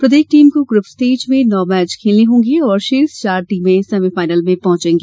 प्रत्येक टीम को group stage में नौ मैच खेलने होंगे और शीर्ष चार टीमें सेमीफाइनल में पहुंचेंगी